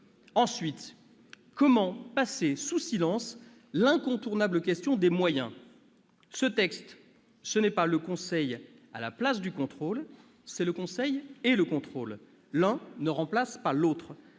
ailleurs, comment passer sous silence l'incontournable question des moyens ? Ce texte, ce n'est pas le conseil à la place du contrôle, c'est le conseil et le contrôle. L'un ne remplace pas l'autre.